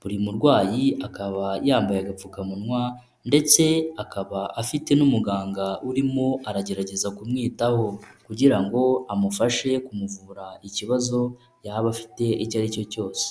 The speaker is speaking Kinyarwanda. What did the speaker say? buri murwayi akaba yambaye agapfukamunwa ndetse akaba afite n'umuganga urimo aragerageza kumwitaho kugira ngo amufashe kumuvura ikibazo yaba afite icyo ari cyo cyose .